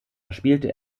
spielte